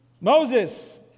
Moses